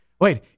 wait